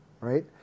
right